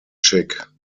chick